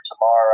tomorrow